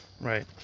right